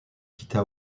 quitta